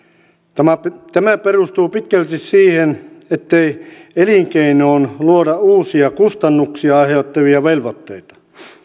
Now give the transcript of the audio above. tämä tämä perustuu pitkälti siihen ettei elinkeinoon luoda uusia kustannuksia aiheuttavia velvoitteita